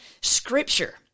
scripture